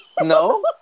No